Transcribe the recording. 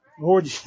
Lord